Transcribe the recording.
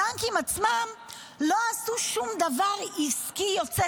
הבנקים עצמם לא עשו שום דבר עסקי יוצא